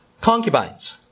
concubines